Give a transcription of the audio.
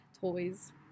toys